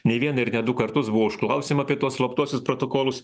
ne vieną ir ne du kartus buvo užklausiama apie tuos slaptuosius protokolus